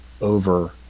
over